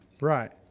Right